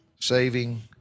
saving